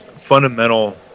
fundamental